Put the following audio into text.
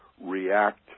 react